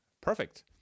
perfect